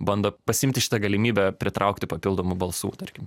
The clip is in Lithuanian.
bando pasiimti šitą galimybę pritraukti papildomų balsų tarkim